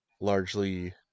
Largely